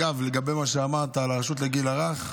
אגב, לגבי מה שאמרת על הרשות לגיל הרך,